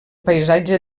paisatge